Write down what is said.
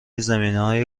زمینههای